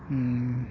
ಹ್ಞೂ